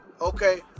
okay